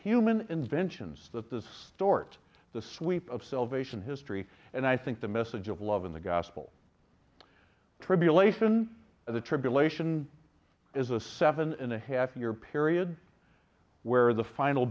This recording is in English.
human inventions that the stuart the sweep of salvation history and i think the message of love in the gospel tribulation of the tribulation is a seven and a half year period where the final